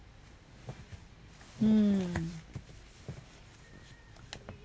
mm